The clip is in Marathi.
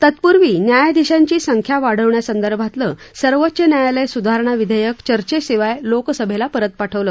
तत्पूर्वी न्यायाधीशांची संख्या वाढवण्यासंदर्भातलं सर्वोच्च न्यायालय सुधारणा विधेयक चर्चेशिवाय लोकसभेला परत पाठवलं